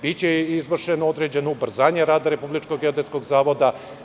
Biće izvršeno određeno ubrzanje rada Republičkog geodetskog zavoda.